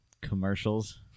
commercials